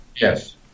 Yes